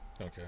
Okay